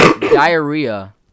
diarrhea